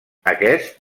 aquest